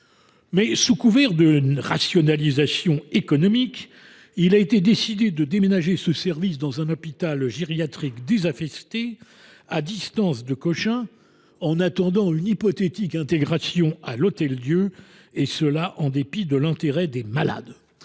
sous couvert de rationalisation économique, il a été décidé de déménager ce service dans un hôpital gériatrique désaffecté, à distance de Cochin, en attendant une hypothétique intégration à l’Hôtel Dieu, en dépit de l’intérêt des malades.